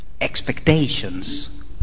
expectations